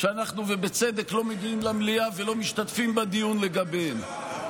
שבצדק אנחנו לא מגיעים למליאה ולא משתתפים בדיון לגביהן.